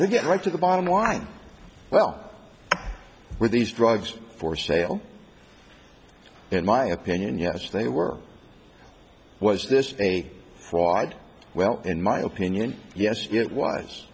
they get right to the bottom line well with these drugs for sale in my opinion yes they were was this a fraud well in my opinion yes